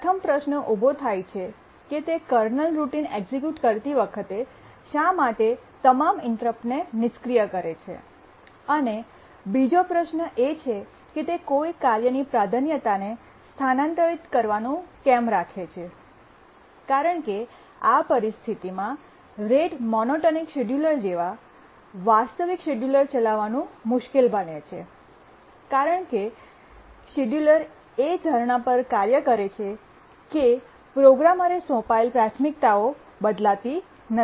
પ્રથમ પ્રશ્ન ઉભો થાય છે કે તે કર્નલ રૂટિન એક્સિક્યૂટ કરતી વખતે શા માટે તે તમામ ઇન્ટરપ્ટને નિષ્ક્રિય કરે છે અને બીજો પ્રશ્ન તે છે કે તે કોઈ કાર્યની પ્રાધાન્યતાને સ્થાનાંતરિત કરવાનું કેમ રાખે છે કારણ કે આ પરિસ્થિતિમાં રેટ મોનોટોનિક શેડ્યૂલર જેવા વાસ્તવિક શેડ્યૂલર ચલાવવું મુશ્કેલ બને છે કારણ કે શેડ્યૂલર એ ધારણા પર કાર્ય કરે છે કે પ્રોગ્રામરે સોંપાયેલ પ્રાથમિકતાઓ બદલાતી નથી